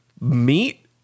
meat